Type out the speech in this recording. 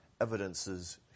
evidences